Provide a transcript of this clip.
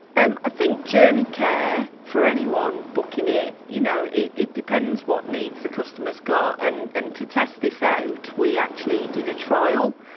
i think journey care for anyone booking it, you know it it depends what needs the customers got and and to test this out, we actually did a trial.